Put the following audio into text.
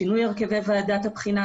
שינוי הרכבי ועדת הבחינה.